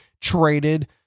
traded